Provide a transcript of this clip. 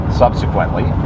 subsequently